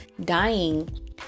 dying